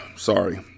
Sorry